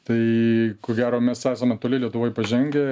tai ko gero mes esame toli lietuvoj pažengę